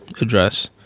Address